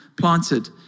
planted